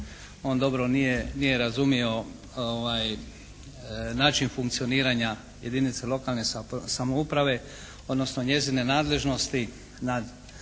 on dobro nije razumio način funkcioniranja jedinica lokalne samouprave odnosno njezine nadležnosti